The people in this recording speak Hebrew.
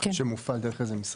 שמופעל דרך איזה משרד?